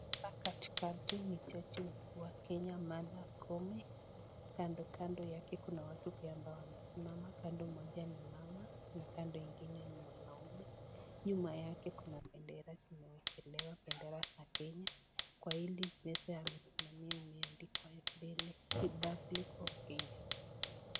Hapa katikati ni jaji mkuu wa Kenya, Martha Koome. Kandokando yake kuna watu pia ambao wamesimama. Kando moja ni mama na kando ingine ni mwanaume. Nyuma yake kuna bendera zimewekelewa, bendera za Kenya kwa hili meza amesimamia, imeandikwa mbele 'Republic of Kenya'.